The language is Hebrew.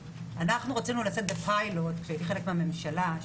כשהייתי חלק מהממשלה,